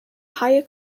higher